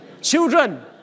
children